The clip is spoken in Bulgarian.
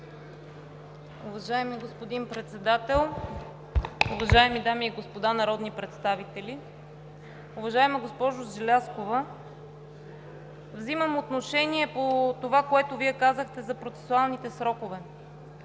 Уважаеми господин Председател, уважаеми дами и господа народни представители! Уважаема госпожо Желязкова, взимам отношение по това, което Вие казахте за процесуалните срокове.